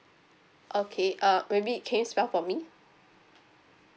okay uh maybe can you spell for me